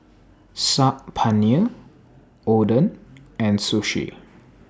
Saag Paneer Oden and Sushi